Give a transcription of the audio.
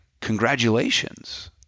congratulations